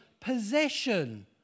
possession